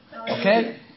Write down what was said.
Okay